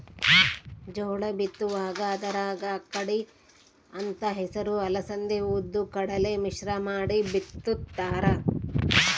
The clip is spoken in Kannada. ಜೋಳ ಬಿತ್ತುವಾಗ ಅದರಾಗ ಅಕ್ಕಡಿ ಅಂತ ಹೆಸರು ಅಲಸಂದಿ ಉದ್ದು ಕಡಲೆ ಮಿಶ್ರ ಮಾಡಿ ಬಿತ್ತುತ್ತಾರ